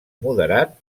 moderat